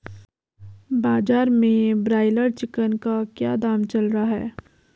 बाजार में broiler chicken का क्या दाम चल रहा है?